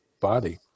body